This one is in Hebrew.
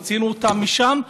הוצאנו אותם משם,